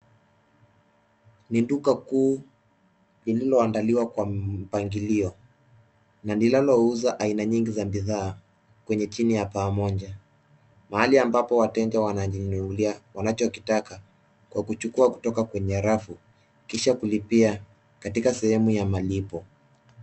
Ni duka kuu lililoandaliwa kwa mpangilio na linalo uza aina nyingi za bidhaa kwenye chini ya pamoja mahali ambapo wateja wananinunulia wanachokitaka kwa kuchukua kutoka kwenye rafu kisha kulipia katika sehemu ya malipo.